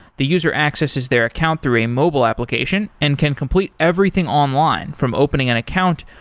the user accesses their account through a mobile application and can complete everything online from opening an account,